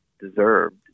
deserved